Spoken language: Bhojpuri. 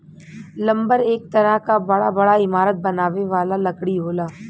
लम्बर एक तरह क बड़ा बड़ा इमारत बनावे वाला लकड़ी होला